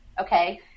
Okay